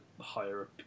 higher